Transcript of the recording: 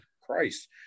Christ